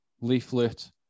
Leaflet